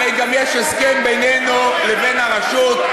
הרי גם יש הסכם בינינו לבין הרשות.